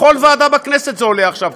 בכל ועדה בכנסת זה עולה עכשיו,